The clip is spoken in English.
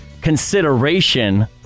consideration